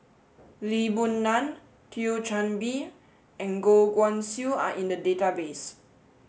Lee Boon Ngan Thio Chan Bee and Goh Guan Siew are in the database